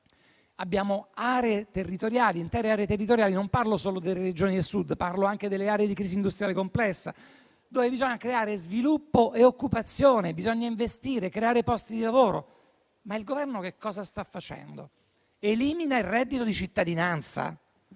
intere aree territoriali - parlo non solo di quelle delle Regioni del Sud, ma anche delle aree di crisi industriale complessa - dove bisogna creare sviluppo e occupazione; bisogna investire e creare posti di lavoro. Ma il Governo che cosa sta facendo? Elimina il reddito di cittadinanza.